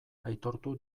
aitortu